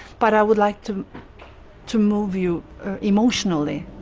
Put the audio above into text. but i would like to to move you emotionally.